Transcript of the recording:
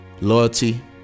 Loyalty